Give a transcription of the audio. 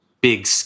big